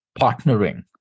partnering